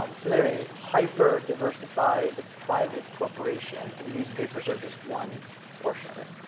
um so they're a hyper diversified private corporation, and newspapers are just one portion of it.